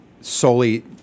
solely